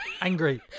Angry